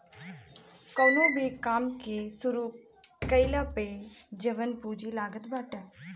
कवनो भो काम के शुरू कईला पअ जवन पूंजी लागत बाटे